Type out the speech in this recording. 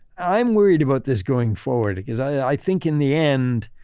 i'm worried about this going forward because i think in the end,